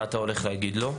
מה תגיד לו?